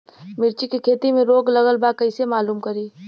मिर्ची के खेती में रोग लगल बा कईसे मालूम करि?